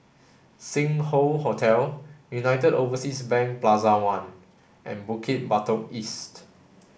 Sing Hoe Hotel United Overseas Bank Plaza One and Bukit Batok East